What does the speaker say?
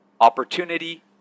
opportunity